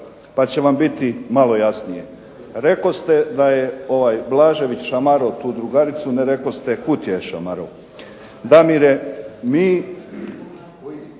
pa će vam biti malo jasnije. Rekli ste da je Blažević šamaro tu drugaricu, ne rekoste Kutija je šamarao.